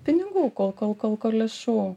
pinigų kol kol kol kol lėšų